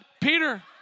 Peter